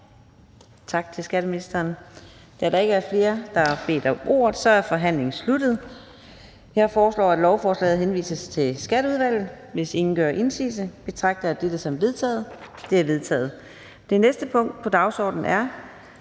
korte bemærkninger. Da der ikke er flere, der har bedt om ordet, er forhandlingen sluttet. Jeg foreslår, at lovforslaget henvises til Skatteudvalget. Hvis ingen gør indsigelse, betragter jeg dette som vedtaget. Det er vedtaget. --- Det næste punkt på dagsordenen er: